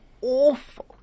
awful